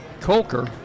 Coker